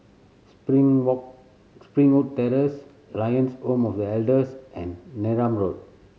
Spring Springwood Terrace Lions Home for The Elders and Neram Road